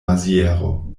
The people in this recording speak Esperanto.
maziero